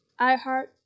iHeart